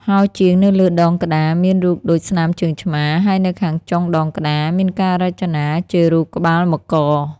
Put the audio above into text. ហោជាង នៅលើដងក្តារមានរូបដូចស្នាមជើងឆ្មា ហើយនៅខាងចុងដងក្តារ មានការរចនាជារូបក្បាលមករ ។